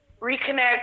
reconnect